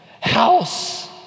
house